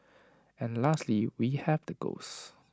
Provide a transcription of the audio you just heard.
and lastly we have the ghosts